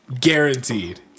Guaranteed